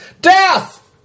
Death